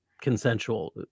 consensual